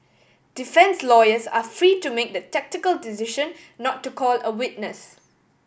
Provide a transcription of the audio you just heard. defence lawyers are free to make the tactical decision not to call a witness